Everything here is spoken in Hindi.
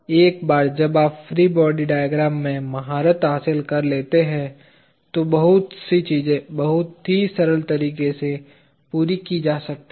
एक बार जब आप फ्री बॉडी डायग्राम में महारत हासिल कर लेते हैं तो बहुत सी चीजें बहुत ही सरल तरीके से पूरी की जा सकती हैं